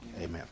Amen